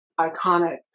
iconic